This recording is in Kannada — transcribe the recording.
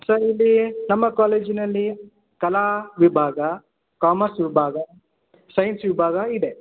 ಸರ್ ಇಲ್ಲಿ ನಮ್ಮ ಕಾಲೇಜಿನಲ್ಲಿ ಕಲಾ ವಿಭಾಗ ಕಾಮರ್ಸ್ ವಿಭಾಗ ಸೈನ್ಸ್ ವಿಭಾಗ ಇದೆ